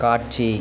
காட்சி